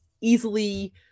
easily